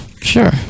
Sure